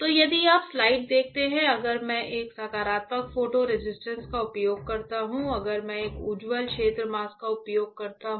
तो यदि आप स्लाइड देखते हैं अगर मैं एक सकारात्मक फोटो रेसिस्ट का उपयोग करता हूं और मैं एक उज्ज्वल क्षेत्र मास्क का उपयोग करता हूं